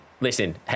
listen